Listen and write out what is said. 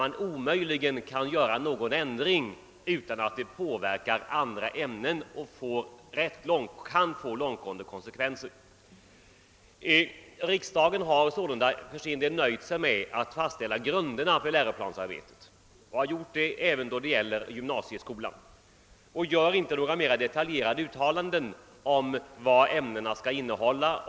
Man kan omöjligen göra någon ändring utan att detta påverkar andra ämnen, vilket kan få långtgående konsekvenser. Riksdagen har därför för sin del nöjt sig med att fastställa grunderna för läroplansarbetet, även när det gäller gymnasieskolan. Riksdagen har inte gjort några mer detaljerade uttalanden om ämnenas innehåll.